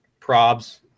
probs